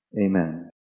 Amen